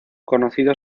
conocido